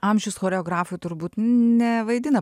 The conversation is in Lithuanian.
amžius choreografų turbūt nevaidina